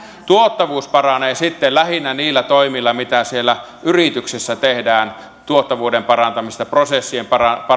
tuottavuus paranee sitten lähinnä niillä toimilla mitä siellä yrityksissä tehdään tuottavuuden parantamista prosessien